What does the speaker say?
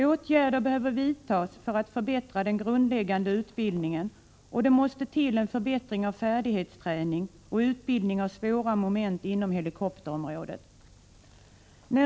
Åtgärder behöver vidtas för att förbättra den grundläggande utbildningen, och det måste till en förbättring av färdighetsträning och utbildning på svåra moment inom helikopterområdet.